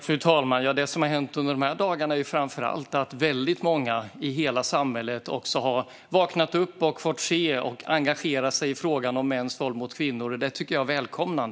Fru talman! Det som har hänt under de här dagarna är framför allt att väldigt många i hela samhället har vaknat upp och fått se och engagera sig i frågan om mäns våld mot kvinnor. Det tycker jag är välkommet.